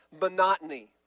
monotony